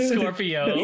Scorpio